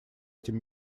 этим